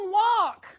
walk